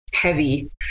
heavy